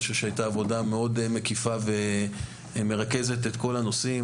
אני חושב שזו עבודה מקיפה מאוד שמרכזת את כל הנושאים.